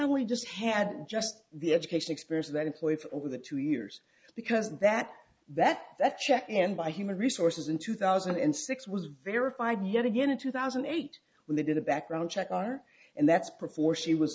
i we just had just the education experience that employed over the two years because that that that check and by human resources in two thousand and six was verified yet again in two thousand and eight when they did a background check are and that's perforce she was